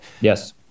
Yes